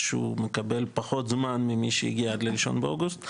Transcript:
שהוא מקבל פחות זמן ממי שהגיע עד ל-1 באוגוסט;